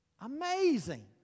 Amazing